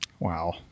Wow